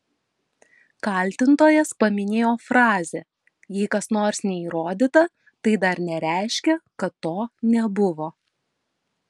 kaltintojas paminėjo frazę jei kas nors neįrodyta tai dar nereiškia kad to nebuvo